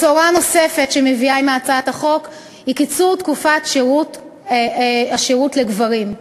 בשורה נוספת שמביאה עמה הצעת החוק היא קיצור תקופת השירות לגברים.